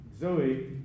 Zoe